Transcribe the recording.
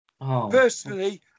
Personally